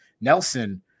Nelson –